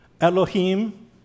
Elohim